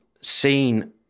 seen